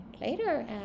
later